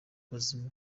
bazima